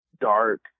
dark